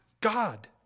God